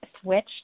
switch